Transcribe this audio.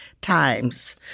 times